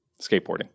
Skateboarding